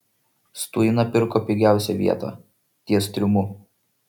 stuina pirko pigiausią vietą ties triumu